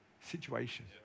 situation